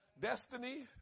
Destiny